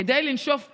כדי לנשוף 'פו'